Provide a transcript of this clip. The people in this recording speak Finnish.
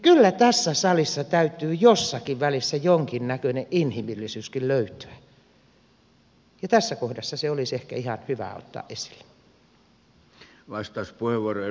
kyllä tässä salissa täytyy jossakin välissä jonkinnäköinen inhimillisyyskin löytyä ja tässä kohdassa se olisi ehkä ihan hyvä ottaa esille